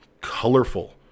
colorful